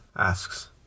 asks